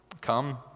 Come